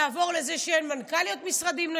נעבור לזה שאין מנכ"ליות נשים במשרדים,